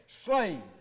slaves